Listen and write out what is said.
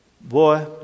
boy